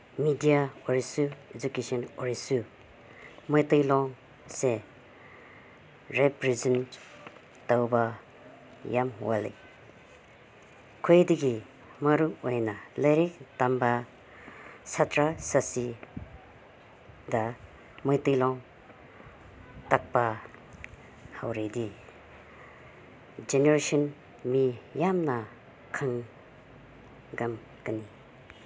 media ꯑꯣꯏꯔꯁꯨ education ꯑꯣꯏꯔꯁꯨ ꯃꯩꯇꯩꯂꯣꯟꯁꯦ ꯔꯦꯄ꯭ꯔꯖꯦꯟ ꯇꯧꯕ ꯌꯥꯝ ꯋꯥꯠꯂꯦ ꯈ꯭ꯋꯥꯏꯗꯒꯤ ꯃꯔꯨ ꯑꯣꯏꯅ ꯂꯥꯏꯔꯤꯛ ꯇꯝꯕ ꯁꯥꯇ꯭ꯔ ꯁꯥꯇ꯭ꯔꯤꯗ ꯃꯩꯇꯩꯂꯣꯟ ꯇꯥꯛꯄ ꯍꯧꯔꯗꯤ ꯖꯦꯅꯔꯦꯁꯟ ꯃꯤ ꯌꯥꯝꯅ ꯈꯪꯉꯝꯒꯅꯤ